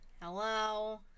hello